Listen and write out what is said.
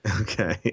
Okay